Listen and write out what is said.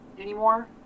anymore